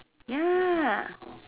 ya